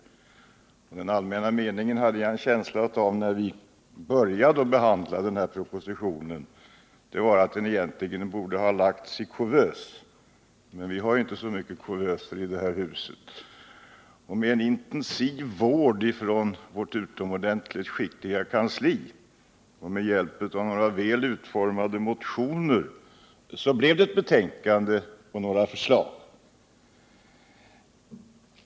När vi började behandla den här propositionen hade jag en känsla av att den allmänna meningen var att den egentligen borde ha lagts i kuvös. Men vi har ju inte så mycket kuvöser här i huset. Med en intensiv vård från vårt utomordentligt skickliga kansli och med hjälp av några väl utformade motioner blev det ett betänkande och några förslag.